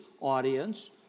audience